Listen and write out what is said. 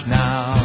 now